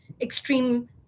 extreme